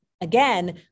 again